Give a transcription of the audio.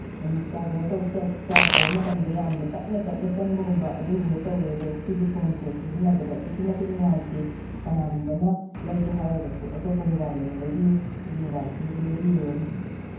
charger charge ꯇꯧꯕ ꯃꯇꯝꯗ ꯌꯥꯝꯅ ꯇꯞꯅ ꯇꯞꯅ ꯆꯪꯕꯒꯨꯝꯕ ꯑꯗꯨꯨꯒꯨꯝꯕ ꯇꯧꯋꯦ ꯑꯗꯨ ꯁꯤꯒꯤ ꯐꯣꯟꯁꯦ ꯁꯤꯖꯤꯟꯅꯕꯗ ꯑꯁꯨꯛꯀꯤ ꯃꯇꯤꯛ ꯅꯨꯡꯉꯥꯏꯇꯦ ꯀꯅꯥꯒꯨꯝꯕꯅ ꯂꯩꯒꯦ ꯍꯥꯏꯔꯒꯁꯨ ꯑꯇꯣꯞꯄ ꯃꯣꯕꯥꯏꯜ ꯑꯣꯏꯅ ꯂꯩꯕꯤꯌꯨ ꯁꯤꯒꯤ ꯃꯣꯕꯥꯏꯜꯁꯤꯃꯗꯤ ꯂꯩꯕꯤꯔꯨꯔꯅꯨ